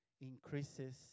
increases